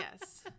yes